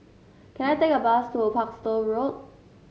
can I take a bus to Parkstone Road